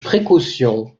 précaution